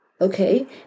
Okay